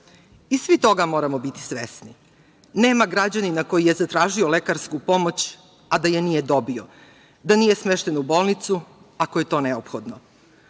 i svi toga moramo biti svesni. Nema građanina koji je zatražio lekarsku pomoć, a da je nije dobio, da nije smešten u bolnicu ako je to neophodno. Ovde